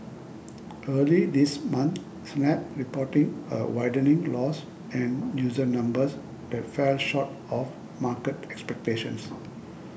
early this month Snap reporting a widening loss and user numbers that fell short of market expectations